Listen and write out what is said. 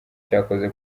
cyakoze